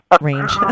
range